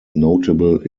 notable